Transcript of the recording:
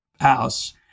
house